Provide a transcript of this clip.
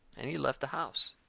and he left the house.